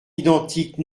identique